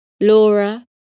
Laura